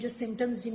symptoms